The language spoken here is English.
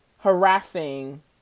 harassing